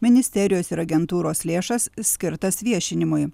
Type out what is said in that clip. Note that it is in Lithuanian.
ministerijos ir agentūros lėšas skirtas viešinimui